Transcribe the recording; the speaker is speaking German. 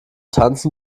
tanzen